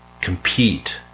compete